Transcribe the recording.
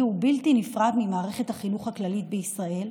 ובלתי נפרד ממערכת החינוך הכללית בישראל,